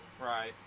Right